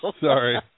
Sorry